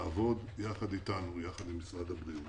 לעבוד יחד איתנו ועם משרד הבריאות